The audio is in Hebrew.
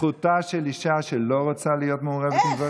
זכותה של אישה שלא רוצה להיות מעורבת עם גברים,